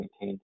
maintained